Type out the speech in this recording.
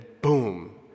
boom